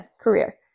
career